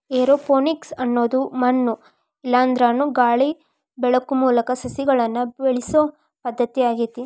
aeroponics ಅನ್ನೋದು ಮಣ್ಣು ಇಲ್ಲಾಂದ್ರನು ಗಾಳಿ ಬೆಳಕು ಮೂಲಕ ಸಸಿಗಳನ್ನ ಬೆಳಿಸೋ ಪದ್ಧತಿ ಆಗೇತಿ